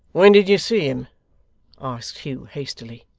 when did you see him asked hugh, hastily.